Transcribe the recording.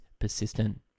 persistent